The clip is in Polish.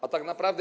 A tak naprawdę.